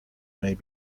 may